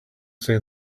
say